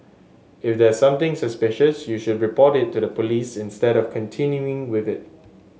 if there's something suspicious you should report it to the police instead of continuing with it